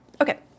Okay